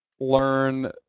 learn